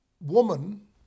woman